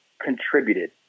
contributed